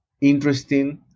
interesting